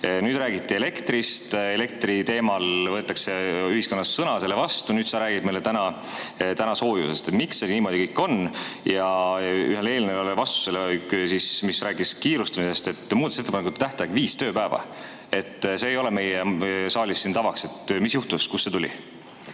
Räägiti elektrist, elektri teemal võetakse ühiskonnas sõna selle vastu. Nüüd sa räägid meile täna soojusest. Miks see nii kõik on? Ja ühe eelneva vastuse kohta, mis rääkis kiirustamisest, et muudatusettepanekute tähtaeg on viis tööpäeva. See ei ole meie saalis tavaks. Mis juhtus? Kust see tuli?